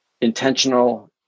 intentional